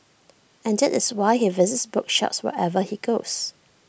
and that is why he visits bookshops wherever he goes